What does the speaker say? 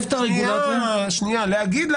להגיד,